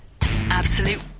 Absolute